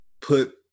put